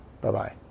Bye-bye